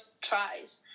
tries